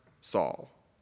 Saul